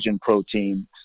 protein